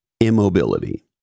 Immobility